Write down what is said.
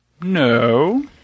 No